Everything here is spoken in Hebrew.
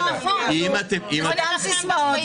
אם אתם --- זה סתם סיסמאות.